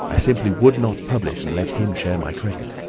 i simply would not publish, and let him share my credit.